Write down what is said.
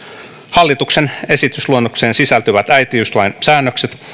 hallituksen esitysluonnokseen sisältyvät äitiyslain säännökset